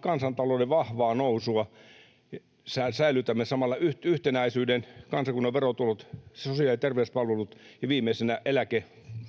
kansantalouden vahvalla nousulla säilytämme samalla yhtenäisyyden, kansakunnan verotulot, sosiaali- ja terveyspalvelut ja viimeisenä eläkkeidemme